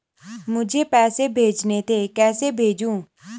मुझे पैसे भेजने थे कैसे भेजूँ?